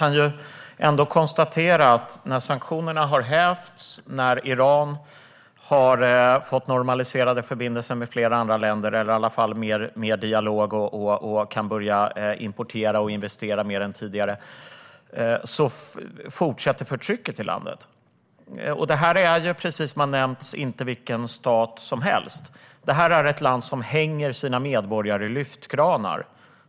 När nu sanktionerna har hävts och Iran har fått normaliserade förbindelser med flera andra länder, eller det åtminstone förs mer dialog och man kan importera och investera mer än tidigare, fortsätter dock förtrycket i landet. Iran är, precis som har nämnts, inte vilken stat som helst. Det är ett land som hänger sina medborgare i lyftkranar.